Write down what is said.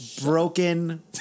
broken